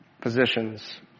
positions